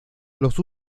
los